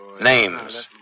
Names